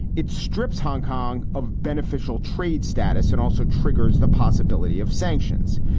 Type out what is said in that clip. it strips hong kong of beneficial trade status and also triggers the possibility of sanctions.